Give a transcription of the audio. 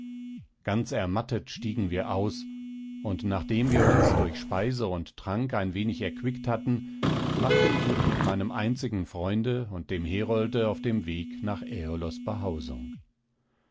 ganz ermattet stiegen wir aus und nachdem wir uns durch speise und trank ein wenig erquickt hatten machte ich mich mit meinem einzigen freunde und dem herolde auf den weg nach äolos behausung